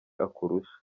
akurusha